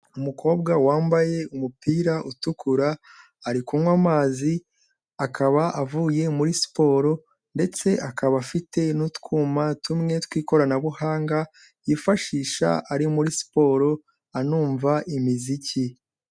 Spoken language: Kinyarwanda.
Umukobwa wambaye umupira utukura ari kunywa amazi, akaba avuye muri siporo ndetse akaba afite n'utwuma tumwe tw'ikoranabuhanga yifashisha ari muri siporo anumva imiziki.